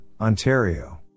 Ontario